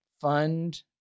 fund